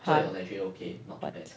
!huh! what